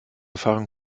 fahren